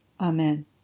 Amen